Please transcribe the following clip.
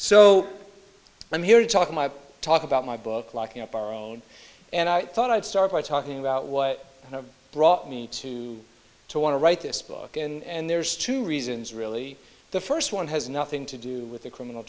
so i'm here to talk my talk about my book locking up our own and i thought i'd start by talking about what brought me to to want to write this book and there's two reasons really the first one has nothing to do with the criminal